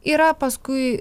yra paskui